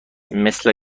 مثل